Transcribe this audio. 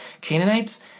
Canaanites